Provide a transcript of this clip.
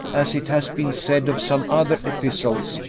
as it has been said of some other epistles,